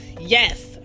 Yes